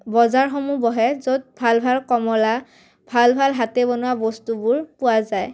বজাৰসমূহ বহে য'ত ভাল ভাল কমলা ভাল ভাল হাতে বনোৱা বস্তুবোৰ পোৱা যায়